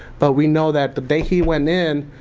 but we know that the day he went in,